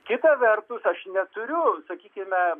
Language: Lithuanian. kita vertus aš neturiu sakykime